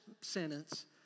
sentence